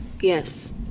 Yes